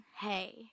Hey